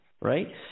Right